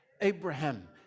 Abraham